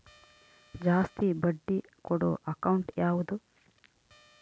ಜಾಸ್ತಿ ಬಡ್ಡಿ ಕೊಡೋ ಅಕೌಂಟ್ ಯಾವುದು?